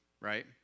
right